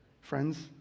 Friends